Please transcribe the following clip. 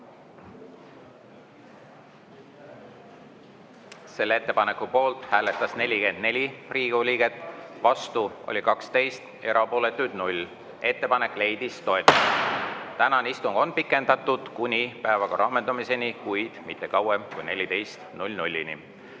Selle ettepaneku poolt hääletas 44 Riigikogu liiget, vastu oli 12, erapooletuid 0. Ettepanek leidis toetust. Tänane istung on pikendatud kuni päevakorra ammendumiseni, kuid mitte kauem kui 14.00-ni. Avan